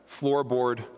floorboard